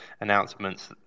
announcements